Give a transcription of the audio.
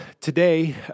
today